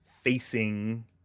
facing